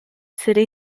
city